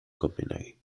copenhague